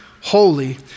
holy